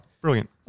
Brilliant